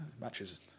Matches